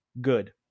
good